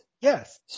yes